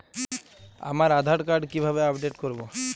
আমার আধার কার্ড কিভাবে আপডেট করব?